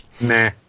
Nah